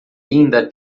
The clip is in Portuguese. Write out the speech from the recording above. linda